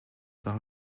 par